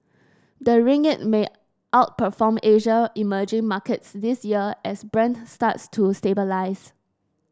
the ringgit may outperform Asia emerging markets this year as Brent starts to stabilise